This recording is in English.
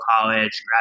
college